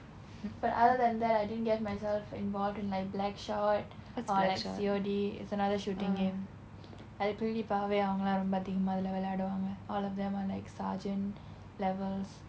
but other than that I didn't get myself involved in like black shot or like C_O_D it's another shooting game அந்த:antha pulli paarvai அவங்க எல்லாம் ரொம்ப அதிகமா அதில விளையாடுவாங்க:avnga ellaam romba athikamaa athila vilayaaduvaanga all of them are like sergeant levels